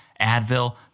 Advil